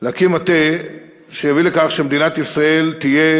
להקים מטה שיביא לכך שמדינת ישראל תהיה